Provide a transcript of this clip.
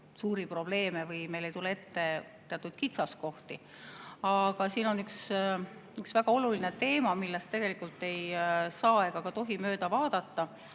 suuri probleeme või meil ei tule ette teatud kitsaskohti, aga on üks väga oluline teema, millest ei saa ega tohi mööda vaadata.